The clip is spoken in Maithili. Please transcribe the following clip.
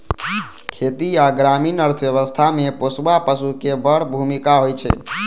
खेती आ ग्रामीण अर्थव्यवस्था मे पोसुआ पशु के बड़ भूमिका होइ छै